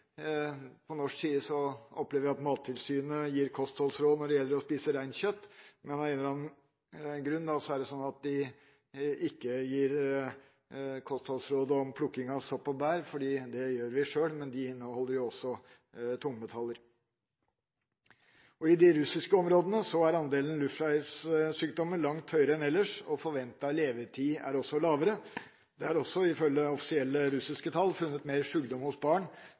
På norsk side opplever vi at Mattilsynet gir kostholdsråd når det gjelder å spise reinkjøtt. Av en eller annen grunn gir de ikke kostholdsråd om plukking av sopp og bær, fordi det gjør vi sjøl, men de inneholder også tungmetaller. I de russiske områdene er andelen luftveissykdommer langt høyere enn ellers, og forventet levetid er også lavere. Det er også – ifølge offisielle russiske tall – funnet mer sykdom hos barn,